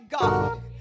God